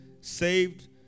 saved